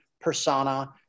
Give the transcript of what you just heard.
persona